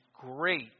great